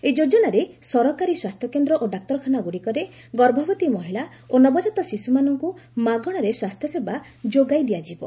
ଏହି ଯୋଜନାରେ ସରକାରୀ ସ୍ୱାସ୍ଥ୍ୟକେନ୍ଦ୍ର ଓ ଡାକ୍ତରଖାନାଗୁଡ଼ିକରେ ଗର୍ଭବତୀ ମହିଳା ଓ ନବଜାତ ଶିଶୁମାନଙ୍କୁ ମାଗଣାରେ ସ୍ୱାସ୍ଥ୍ୟସେବା ଯୋଗାଇ ଦିଆଯିବ